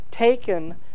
taken